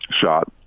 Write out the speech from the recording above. shot